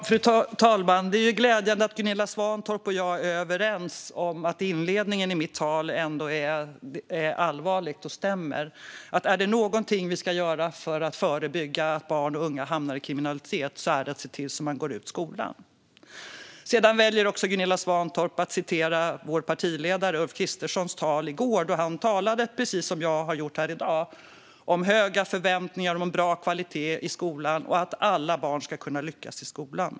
Fru talman! Det är glädjande att Gunilla Svantorp och jag är överens om att inledningen i mitt tal är allvarlig och stämmer. Är det någonting vi ska göra för att förebygga att barn och unga hamnar i kriminalitet är det att se till att de går ut skolan. Gunilla Svantorp väljer att citera vår partiledare Ulf Kristerssons tal i går då han talade, precis som jag har gjort här i dag, om höga förväntningar, en bra kvalitet i skolan och att alla barn ska kunna lyckas i skolan.